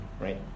right